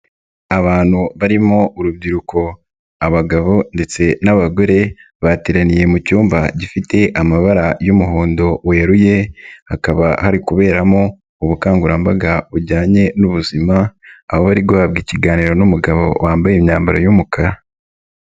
Abantu barimo urubyiruko, abagabo ndetse n'abagore, bateraniye mu cyumba gifite amabara y'umuhondo weruye, hakaba hari kuberamo ubukangurambaga bujyanye n'ubuzima, aho bari guhabwa ikiganiro n'umugabo wambaye imyambaro y'umukara.